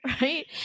Right